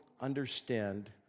understand